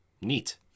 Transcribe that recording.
Neat